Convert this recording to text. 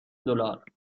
دلار